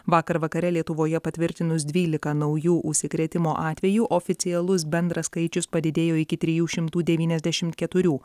vakar vakare lietuvoje patvirtinus dvylika naujų užsikrėtimo atvejų oficialus bendras skaičius padidėjo iki trijų šimtų devyniasdešimt keturių